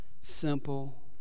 simple